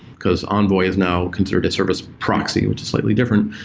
because envoy is now considered a service proxy, which is slightly different,